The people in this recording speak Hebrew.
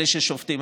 אלה ששובתים,